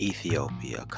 Ethiopia